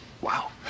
Wow